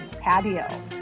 Patio